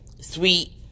sweet